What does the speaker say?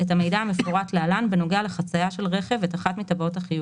את המידע המפורט להלן בנוגע לחצייה של רכב את אחת מטבעות החיוב: